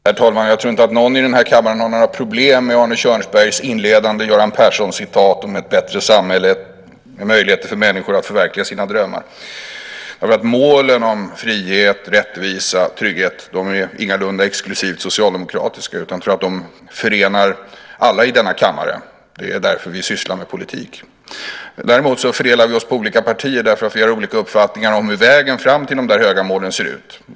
Herr talman! Jag tror inte att någon i den här kammaren har några problem med Arne Kjörnsbergs inledande Göran Persson-citat om ett bättre samhälle med möjligheter för människor att förverkliga sina drömmar. Målen om frihet, rättvisa och trygghet är ingalunda exklusivt socialdemokratiska. Jag tror att de förenar alla i denna kammare. Det är därför vi sysslar med politik. Däremot fördelar vi oss på olika partier för att vi har olika uppfattningar om hur vägen fram till de där höga målen ser ut.